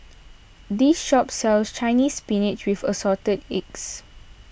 this shop sells Chinese Spinach with Assorted Eggs